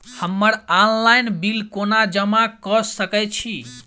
हम्मर online bill कोना जमा कऽ सकय छी?